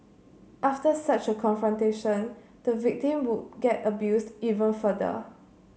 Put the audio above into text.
after such a confrontation the victim would get abused even further